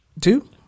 Two